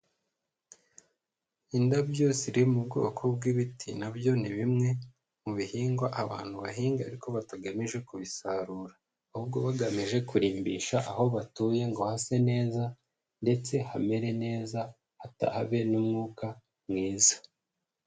Indabyo ziri mu bwoko bw'ibiti na byo ni bimwe mu bihingwa abantu bahinga ariko batagamije kubisarura, ahubwo bagamije kurimbisha aho batuye ngo hase neza ndetse hamere neza, habe n'umwuka mwiza.